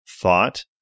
thought